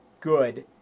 good